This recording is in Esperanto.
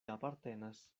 apartenas